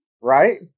Right